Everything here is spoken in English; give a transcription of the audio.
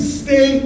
stay